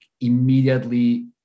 immediately